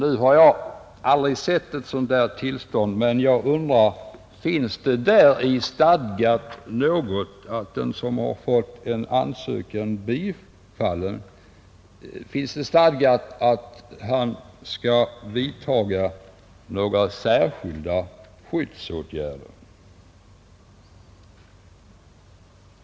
Nu har jag aldrig sett ett sådant här tillstånd, och jag undrar om det däri finns stadgat att den som har fått sin ansökan bifallen också skall vidtaga några särskilda skyddsåtgärder.